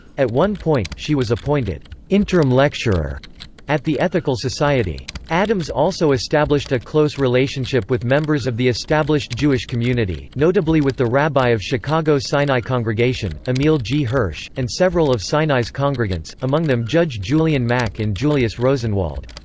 at one point, she was appointed interim lecturer at the ethical society. addams also established a close relationship with members of the established jewish community, notably with the rabbi of chicago sinai congregation, emil g. hirsch, and several of sinai's congregants, among them judge julian mack and julius rosenwald.